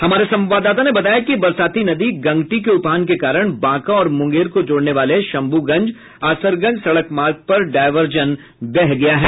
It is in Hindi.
हमारे संवाददाता ने बताया कि बरसाती नदी गंगटी के उफान के कारण बांका और मुंगेर को जोड़ने वाले शंभुगंज असरगंज सड़क मार्ग पर डायवर्जन बह गया है